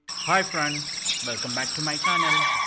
hi friends, welcome back to my channel.